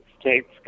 States